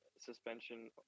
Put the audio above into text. suspension